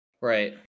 Right